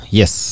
Yes